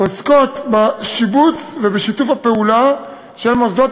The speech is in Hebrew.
עוסקות בשיבוץ ובשיתוף פעולה של מוסדות